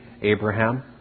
Abraham